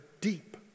deep